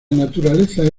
naturaleza